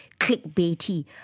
clickbaity